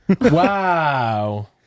wow